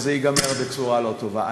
וזה ייגמר בצורה לא טובה.